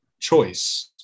choice